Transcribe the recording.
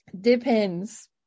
Depends